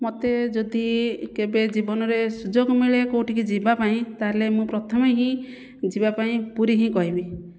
ମୋତେ ଯଦି କେବେ ଜୀବନରେ ସୁଯୋଗ ମିଳେ କେଉଁଠିକୁ ଯିବା ପାଇଁ ତା'ହେଲେ ମୁଁ ପ୍ରଥମେ ହିଁ ଯିବା ପାଇଁ ପୁରୀ ହିଁ କହିବି